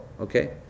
okay